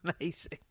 amazing